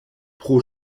pro